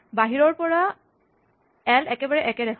বাহিৰৰ পৰা এল একেবাৰে একে দেখাব